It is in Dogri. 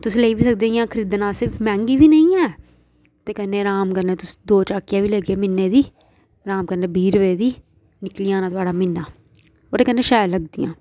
तुस लेई बी सकदे इयां खरीदना वैसे मैंह्गी बी नेईं ऐ ते कन्नै अराम कन्नै तुस दो झाकियां बी लैगेओ म्हीने दी अराम कन्नै बीह् रपेऽ दी निकली जाना थुआढ़ा म्हीना ओह्दे कन्नै शैल लगदियां